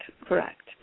correct